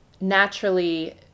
naturally